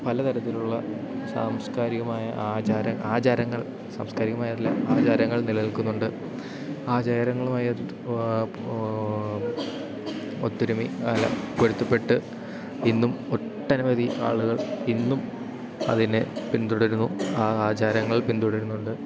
പലതരത്തിലുള്ള സാംസ്കാരികമായ ആചാരം ആചാരങ്ങൾ സാംസ്കാരികമായല്ല ആചാരങ്ങൾ നിലനിൽക്കുന്നുണ്ട് ആചാരങ്ങളുമായി ഒത്തൊരുമി അല്ല പൊരുത്തപ്പെട്ട് ഇന്നും ഒട്ടനവധി ആളുകൾ ഇന്നും അതിനെ പിന്തുടരുന്നു ആ ആചാരങ്ങൾ പിന്തുടരുന്നുണ്ട്